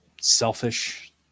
selfish